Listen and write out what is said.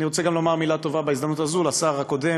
בהזדמנות הזאת אני רוצה לומר גם מילה טובה לשר הקודם,